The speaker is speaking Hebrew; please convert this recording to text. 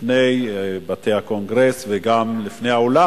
לפני בתי הקונגרס וגם לפני העולם,